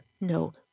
No